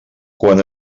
quan